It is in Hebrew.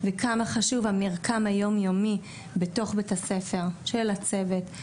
וכמה חשוב המרקם היום יומי בתוך בית הספר של הצוות,